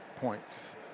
points